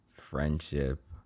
Friendship